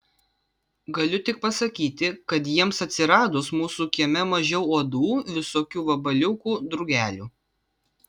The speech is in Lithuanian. galiu tik pasakyti kad jiems atsiradus mūsų kieme mažiau uodų visokių vabaliukų drugelių